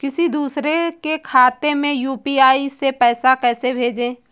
किसी दूसरे के खाते में यू.पी.आई से पैसा कैसे भेजें?